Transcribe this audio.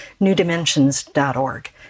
newdimensions.org